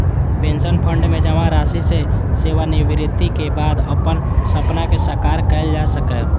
pension fund मे जमा राशि सं सेवानिवृत्तिक बाद अपन सपना कें साकार कैल जा सकैए